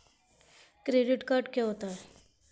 Credit card क्या होता है?